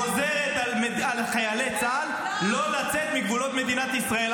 גוזרת על חיילי צה"ל ------- לא לצאת מגבולות מדינת ישראל.